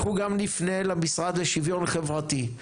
אנחנו גם נפנה למשרד לשוויון חברתי,